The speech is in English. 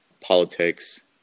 politics